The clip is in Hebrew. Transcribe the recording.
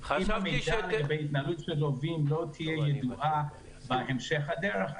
המידע לגבי ההתנהלות של לווים לא תהיה ידועה בהמשך הדרך,